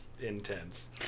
intense